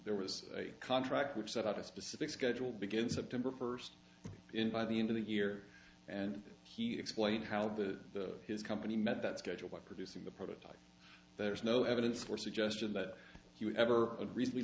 there was a contract which set out a specific schedule begin september first in by the end of the year and he explained how the his company met that schedule by producing the prototype there's no evidence for suggestion that you ever re